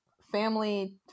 Family